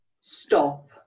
stop